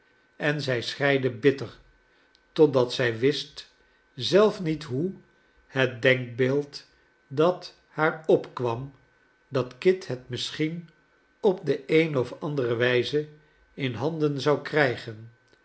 en zij schreide bitter totdat zij wist zelf niet hoe het denkbeeld bij haar opkwam dat kit het misschien op de eene of andere wijze in handen zou krijgen